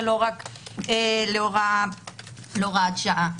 ולא רק להוראת שעה.